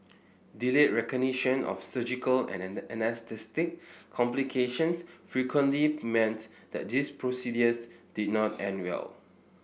delayed recognition of surgical and anaesthetic complications frequently meant that these procedures did not end well